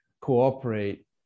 cooperate